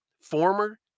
former